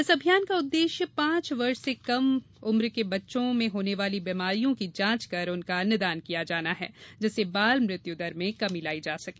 इस अभियान का उद्देश्य पाँच वर्ष से कम उम्र के बच्चों में होने वाली बीमारियों की जांच कर उनका निदान किया जाना है जिससे बाल मृत्यु दर में कमी आ सके